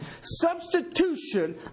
substitution